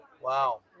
Wow